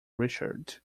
richard